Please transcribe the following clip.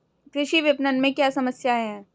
कृषि विपणन में क्या समस्याएँ हैं?